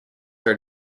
are